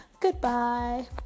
goodbye